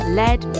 led